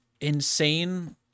insane